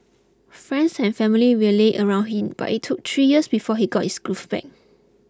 friends and family rallied around him but it took three years before he got his groove back